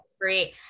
great